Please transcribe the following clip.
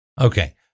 Okay